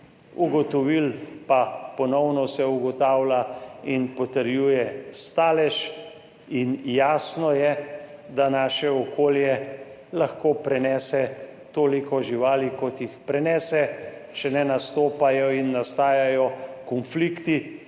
ugotovili, pa ponovno se ugotavlja in potrjuje stalež in jasno je, da naše okolje lahko prenese toliko živali kot jih prenese, če ne nastopajo in nastajajo konflikti.